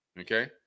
okay